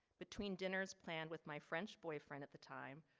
between dinners planned with my french boyfriend at the time,